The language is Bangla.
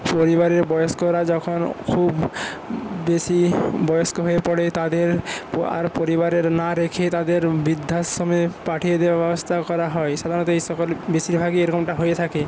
পরিবারের বয়স্করা যখন খুব বেশি বয়স্ক হয়ে পড়ে তাদের আর পরিবারে না রেখে তাদের বৃদ্ধাশ্রমে পাঠিয়ে দেওয়ার ব্যবস্থা করা হয় সাধারণত এই সকল বেশিরভাগই এরকমটা হয়ে থাকে